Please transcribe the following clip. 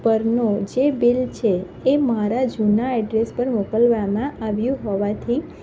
પરનું જે બિલ છે એ મારા જૂનાં એડ્રેસ પર મોકલવામાં આવ્યું હોવાથી